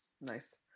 Nice